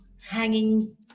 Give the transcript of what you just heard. hanging